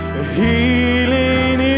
Healing